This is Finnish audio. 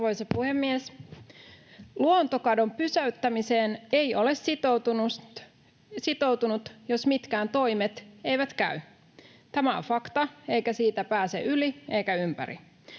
Arvoisa puhemies! Luontokadon pysäyttämiseen ei ole sitoutunut, jos mitkään toimet eivät käy. Tämä on fakta, eikä siitä pääse yli eikä ympäri.